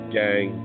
gang